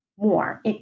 More